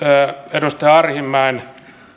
edustaja arhinmäen